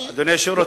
אדוני היושב-ראש,